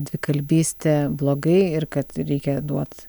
dvikalbystė blogai ir kad reikia duot